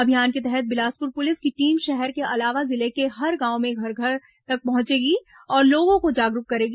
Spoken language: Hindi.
अभियान के तहत बिलासपुर पुलिस की टीम शहर के अलावा जिले के हर गांव में घर घर तक पहुंचेगी और लोगों को जागरूक करेगी